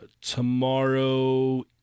tomorrow